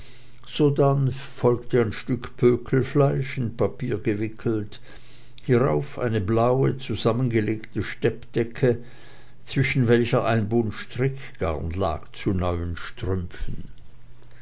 sodann folgte ein stück pökelfleisch in papier gewickelt hierauf eine blaue zusammengelegte steppdecke zwischen welcher ein bund strickgarn lag zu neuen strümpfen